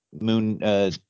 Moon